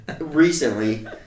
recently